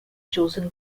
chosen